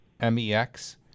M-E-X